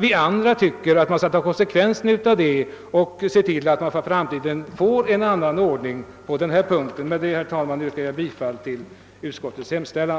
vill han inte ta konsekvensen av den inställningen och se till att man för framtiden åstadkommer en annan ordning. Med detta, herr talman, yrkar jag bifall till utskottets hemställan.